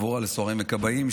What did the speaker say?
קבורה לסוהרים ולכבאים),